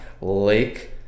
Lake